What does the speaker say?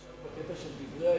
אתה עכשיו אתה בקטע של דברי העידוד,